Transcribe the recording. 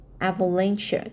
avalanche